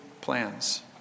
plans